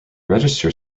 register